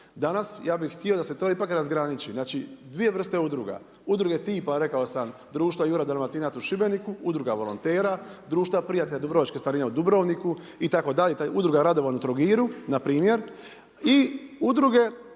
Danas, ja bih htio da se to ipak razgraniči. Znači dvije vrste udruga. Udruga tipa, rekao sam, društva Juraj Dalmatinac u Šibeniku, udruga volontera, Društva prijatelja Dubrovačke starine u Dubrovniku, itd., udruga Radovan u Trogiru, npr. i udruge